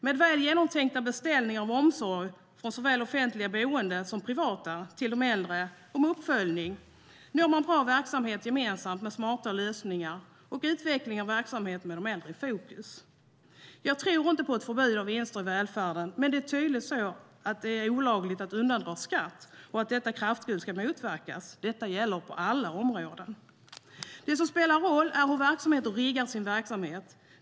Med väl genomtänkta beställningar av omsorg till de äldre från såväl offentliga boenden som privata, och med uppföljning, når man bra verksamhet gemensamt med smarta lösningar och utveckling av verksamhet med den äldre i fokus. Jag tror inte på ett förbud mot vinster i välfärden, men det är tydligt så att det är olagligt att undandra skatt och att detta ska motverkas. Detta gäller på alla områden. Det som spelar roll är hur man riggar sin verksamhet.